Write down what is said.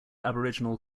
aboriginal